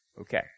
Okay